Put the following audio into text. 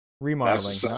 Remodeling